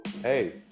hey